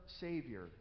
Savior